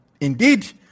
indeed